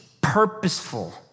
purposeful